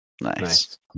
Nice